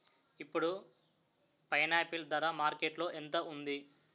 ఇప్పుడు పైనాపిల్ ధర మార్కెట్లో ఎంత ఉంది?